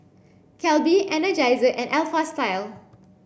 Calbee Energizer and Alpha Style